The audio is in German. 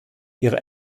ihre